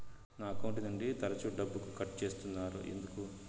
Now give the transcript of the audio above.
నా అకౌంట్ నుండి తరచు డబ్బుకు కట్ సేస్తున్నారు ఎందుకు